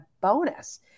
bonus